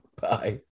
Bye